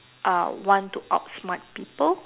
uh want to outsmart people